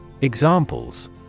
Examples